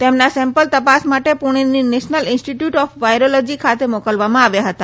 તેમના સેમ્પલ તપાસ માટે પુણેની નેશનલ ઇન્સ્ટિટ્યૂટ ઓફ વાઇરોલેજી ખાતે મોકલવામાં આવ્યા હતા